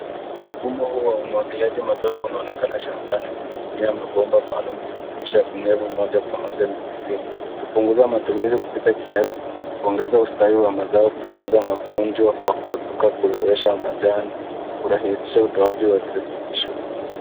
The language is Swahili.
Mfumo huu wa umwagiliaji matone unaonekana shambani ukitumia mabomba maalum kufikisha unyevu moja kwa moja mizizini. Hupunguza matumizi kupita kiasi, kuongeza ustawi wa mazao, kupunguza magonjwa kwa kuepuka kulowesha majani na kurahisisha utoaji wa virutubisho.